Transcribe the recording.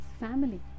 family